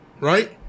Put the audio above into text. Right